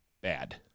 bad